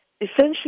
essentially